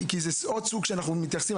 כי זה עוד סוג שאנחנו מתייחסים.